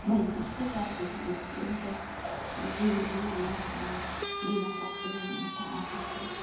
मैले जस्तो चाहेको छु त्यस्तो एउटा जीवन है उहाँहरलाई दिन सक्छु भन्ने एउटा आशा छ